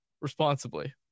responsibly